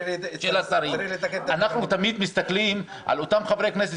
אנחנו תמיד מסתכלים על אותם חברי הכנסת